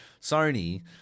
Sony